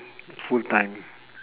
full time